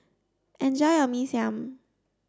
enjoy your Mee Siam